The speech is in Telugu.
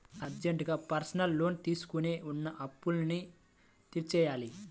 అర్జెంటుగా పర్సనల్ లోన్ తీసుకొని ఉన్న అప్పులన్నీ తీర్చేయ్యాలి